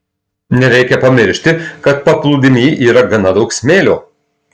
nereikia pamiršti kad paplūdimy yra gana daug smėlio